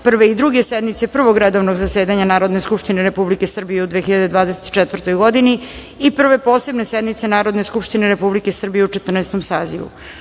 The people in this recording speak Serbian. Prve i Druge sednice Prvog redovnog zasedanja Narodne skupštine Republike Srbije u 2024. godini i Prve posebne sednice Narodne skupštine Republike Srbije u Četrnaestom